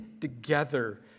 together